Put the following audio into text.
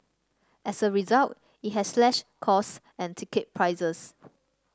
as a result it has slashed cost and ticket prices